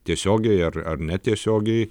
tiesiogiai ar ar netiesiogiai